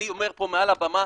אני אומר פה מעל הבמה,